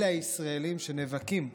אלה הישראלים שנאבקים.